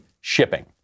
shipping